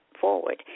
forward